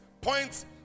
points